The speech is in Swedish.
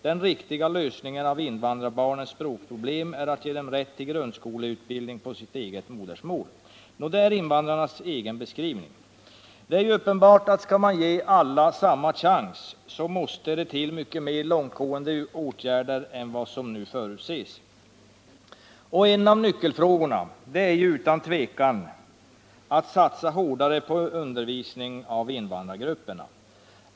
Den riktiga lösningen av invandrarbarnens språkproblem är att ge dem rätt till grundskoleutbildning på sitt eget modersmål.” Detta är invandrarnas egen beskrivning. Det är uppenbart att om man skall ge alla chans, så måste det till mycket mer långtgående åtgärder än vad som nu förutses. En av nyckelfrågorna är utan tvivel en hårdare satsning på undervisning av invandrargrupperna.